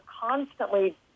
constantly